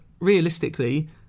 realistically